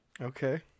Okay